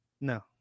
No